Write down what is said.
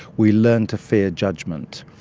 we learn to fear judgement.